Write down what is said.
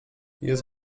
jest